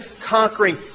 conquering